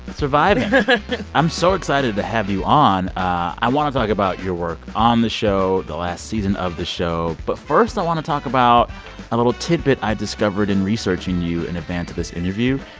surviving i'm so excited to have you on. i want to talk about your work on the show, the last season of the show. but first i want to talk about a little tidbit i discovered in researching you in advance of this interview.